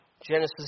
Genesis